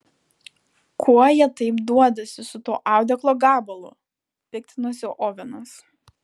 ko jie taip duodasi su tuo audeklo gabalu piktinosi ovenas